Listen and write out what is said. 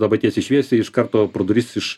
labai tiesiai šviesiai iš karto pro duris iš